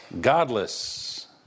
godless